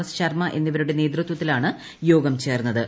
S Sharma എന്നിവരുടെ നേതൃത്വത്തിലാണ് യോഗം ചേർന്നത്